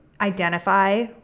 identify